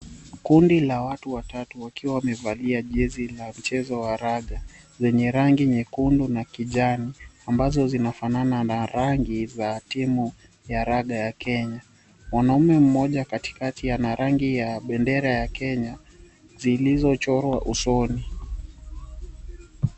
Kundi la watu watatu wakiwa wamevalia jezi za raga zenye rangi nyekundu na kijani ambazo zinafanana na rangi za timu ya raga ya Kenya. Mwanamume mmoja katikati ana rangi ya bendera ya Kenya zilizochorwa usoni.